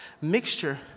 mixture